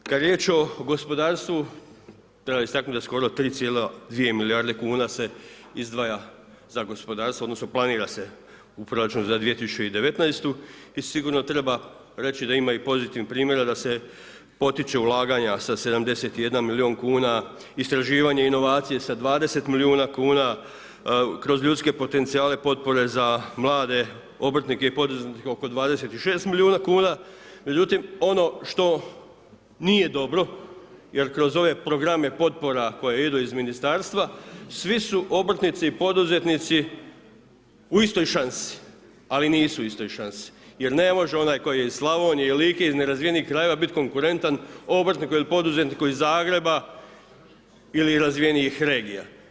Kad je riječ o gospodarstvu treba istaknuti da skoro 3.2 milijarde kuna se izdvaja za gospodarstvo, odnosno planira se u Proračun za 2019. i sigurno treba reći da ima i pozitivni primjera da se potiče ulaganje sa 71 milion kuna, istraživanje inovacija sa 20 milijuna kuna, kroz ljudske potencijale potpore za mlade obrtnike i poduzetnike oko 26 milijuna kuna, međutim ono što nije dobro jer kroz ove programe potpora koje idu iz Ministarstva svi su obrtnici i poduzetnici u istoj šansi, ali nisu u istoj šanci jer ne može onaj koji je iz Slavonije, Like iz nerazvijenih krajeva bit konkurentan obrtniku ili poduzetniku iz Zagreba ili razvijenijih regija.